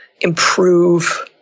improve